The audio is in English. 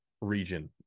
region